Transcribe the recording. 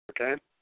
Okay